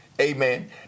Amen